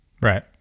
Right